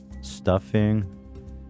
Stuffing